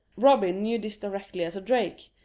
robin knew this directly as a drake,